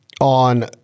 on